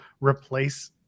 replace